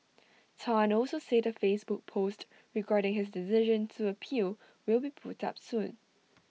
Tan also said A Facebook post regarding his decision to appeal will be put up soon